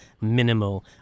minimal